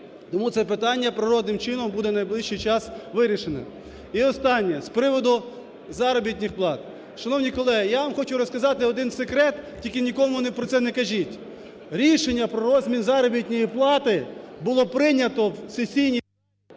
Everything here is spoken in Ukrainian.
Тому це питання природним чином буде в найближчий час вирішене. І останнє, з приводу заробітних плат. Шановні колеги, я вам хочу розказати один секрет, тільки нікому про це не кажіть. Рішення про розмір заробітної плати було прийнято в сесійній…